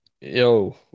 Yo